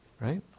Right